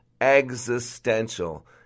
Existential